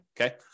Okay